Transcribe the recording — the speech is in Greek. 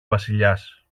βασιλιάς